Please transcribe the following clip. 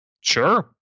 Sure